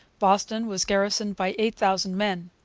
boston was garrisoned by eight thousand men.